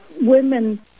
women